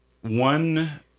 One